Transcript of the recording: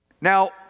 Now